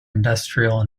industrial